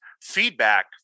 feedback